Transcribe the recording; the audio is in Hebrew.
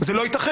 זה לא ייתכן.